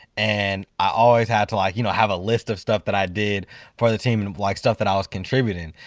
and i always had to like you know have a list of stuff that i did for the team and like stuff that i was contributing.